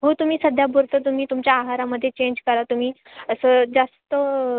हो तुम्ही सध्यापुरतं तुम्ही तुमच्या आहारामध्ये चेंज करा तुम्ही असं जास्त